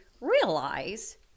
realize